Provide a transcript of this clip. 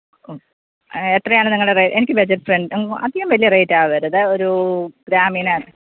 ഓ എത്രയാണ് നിങ്ങളുടെ റേ എനിക്ക് ബജറ്റ് ഫ്രണ്ട് അധികം വലിയ റേറ്റ് ആവരുത് ഒരു ഗ്രാമീണ